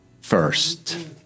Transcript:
first